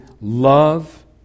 love